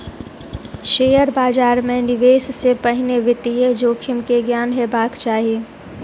share बाजार मे निवेश से पहिने वित्तीय जोखिम के ज्ञान हेबाक चाही